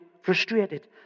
frustrated